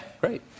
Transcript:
great